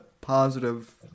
positive